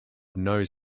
knows